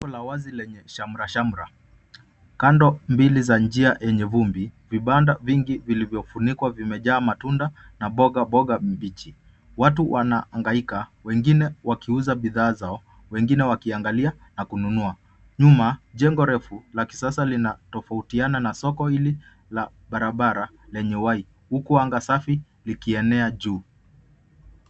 Mvua la wazi Lenye shamra shamra kando mbili za njia yenye vumbi vipanda vingi vilivyofunikwa vimejaa matunda na mboga mboga mbichi. Watu wanahangaika wengine wakiuza bidhaa zao wengine wakiangalia na kunuanua nyuma jengo refu la kisasa Lina tofoutiana na soko hili la barabara lenye uhai jukua anga safi likienea juu